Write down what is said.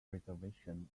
preservation